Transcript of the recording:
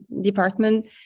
department